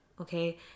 okay